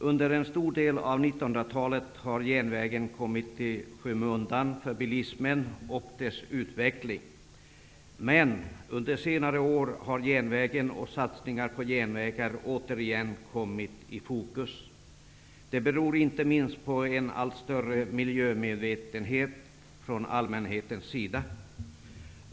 Under en stor del av 1900-talet har järnvägen kommit i skymundan för bilismen och dess utveckling. Men under senare år har järnvägen och satsningar på järnvägar återigen kommit i fokus. Det beror inte minst på en allt större miljömedvetenhet från allmänhetens sida.